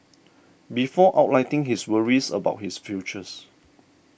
before outlining his worries about his futures